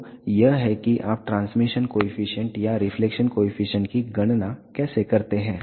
तो यह है कि आप ट्रांसमिशन कॉएफिशिएंट या रिफ्लेक्शन कॉएफिशिएंट की गणना कैसे करते हैं